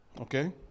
okay